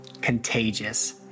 Contagious